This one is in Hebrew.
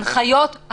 הנחיות,